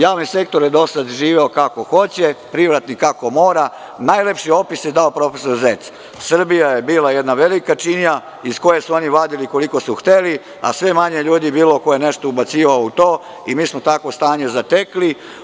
Javni sektor je do sada živeo kako hoće, privatnik kako mora i najlepši opis je dao profesor Zec – Srbija je bila jedna velika činija, iz koje su oni vadili koliko su hteli, a sve manje ljudi je bilo koji su nešto ubacivali u to i mi smo takvo stanje zatekli.